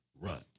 run